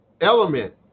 element